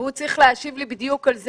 והוא צריך להשיב לי על כך.